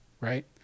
right